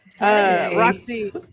Roxy